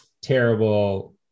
terrible